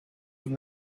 from